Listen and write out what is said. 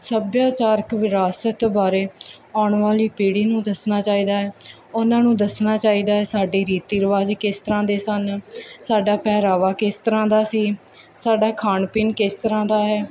ਸੱਭਿਆਚਾਰਕ ਵਿਰਾਸਤ ਬਾਰੇ ਆਉਣ ਵਾਲੀ ਪੀੜੀ ਨੂੰ ਦੱਸਣਾ ਚਾਹੀਦਾ ਹੈ ਉਹਨਾਂ ਨੂੰ ਦੱਸਣਾ ਚਾਹੀਦਾ ਸਾਡੇ ਰੀਤੀ ਰਿਵਾਜ਼ ਕਿਸ ਤਰ੍ਹਾਂ ਦੇ ਸਨ ਸਾਡਾ ਪਹਿਰਾਵਾ ਕਿਸ ਤਰ੍ਹਾਂ ਦਾ ਸੀ ਸਾਡਾ ਖਾਣ ਪੀਣ ਕਿਸ ਤਰ੍ਹਾਂ ਦਾ ਹੈ